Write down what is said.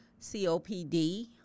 COPD